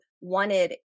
wanted